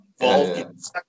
involved